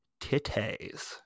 titties